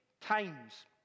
times